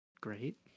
Great